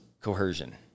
coercion